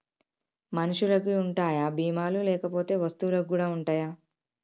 మనుషులకి ఉంటాయా బీమా లు లేకపోతే వస్తువులకు కూడా ఉంటయా?